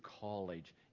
college